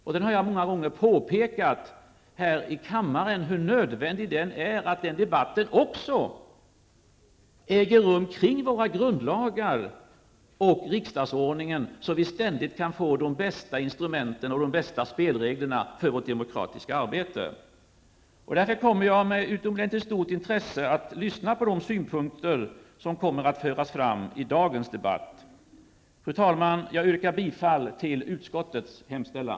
Jag har många gånger påpekat här i kammaren hur nödvändigt det är att den debatten också berör våra grundlagar och riksdagsordningen. Då kan vi ständigt få de bästa instrumenten och de bästa spelreglerna för vårt demokratiska arbete. Jag kommer därför med utomordentligt stort intresse att lyssna till de synpunkter som kommer att föras fram i dagens debatt. Fru talman! Jag yrkar bifall till utskottets hemställan.